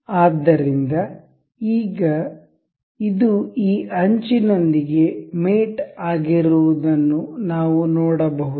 ಆದ್ದರಿಂದ ಈಗ ಇದು ಈ ಅಂಚಿನೊಂದಿಗೆ ಮೇಟ್ ಆಗಿರುವದನ್ನು ನಾವು ನೋಡಬಹುದು